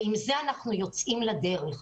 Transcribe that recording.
ועם זה אנחנו יוצאים לדרך.